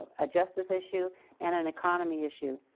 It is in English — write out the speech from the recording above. a justice issue and an economy issue.